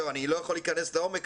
אני לא יכול להיכנס לעומק,